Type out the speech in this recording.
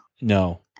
No